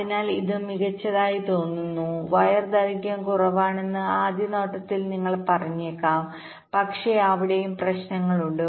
അതിനാൽ ഇത് മികച്ചതായി തോന്നുന്നു വയർ ദൈർഘ്യം കുറവാണെന്ന് ആദ്യ നോട്ടത്തിൽ നിങ്ങൾ പറഞ്ഞേക്കാം പക്ഷേ അവിടെയും ഒരു പ്രശ്നമുണ്ട്